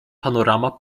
panorama